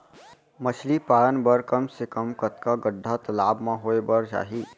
मछली पालन बर कम से कम कतका गड्डा तालाब म होये बर चाही?